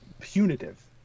punitive